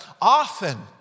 often